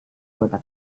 kota